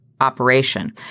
operation